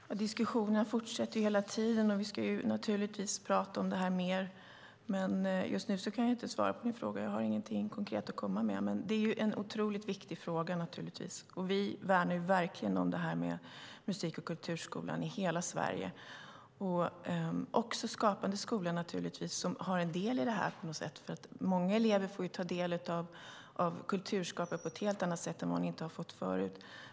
Herr talman! Diskussionerna fortsätter hela tiden, och vi ska naturligtvis prata om detta mer. Men just nu kan jag inte svara på din fråga. Jag har inget konkret att komma med. Det är naturligtvis en otroligt viktig fråga, och vi värnar verkligen om detta med musik och kulturskolan i hela Sverige samt också Skapande skola, som på något sätt har en del i detta. Många elever får ju ta del av kulturskapande på ett helt annat sätt än förut.